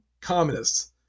communists